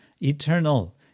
eternal